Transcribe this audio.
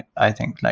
i think.